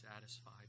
satisfied